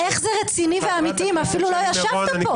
איך זה רציני ואמיתי אם אפילו לא ישבת פה?